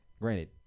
granted